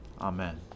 Amen